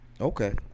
Okay